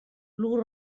lur